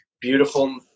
beautiful